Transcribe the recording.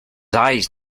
eyes